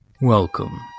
welcome